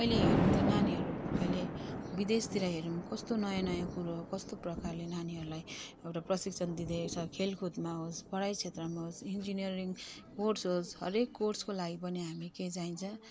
अहिले हेरौँ त नानीहरू अहिले विदेशतिर हेरौँ कस्तो नयाँ नयाँ कुरोहरू कस्तो प्रकारले नानीहरूलाई एउटा प्रशिक्षण दिँदाखेरि चाहिँ अब खेलकुदमा होस् पढाइ क्षेत्रमा होस् इन्जिनियरिङ कोर्स होस् हरेक कोर्सको लागि पनि हामी के चाहिन्छ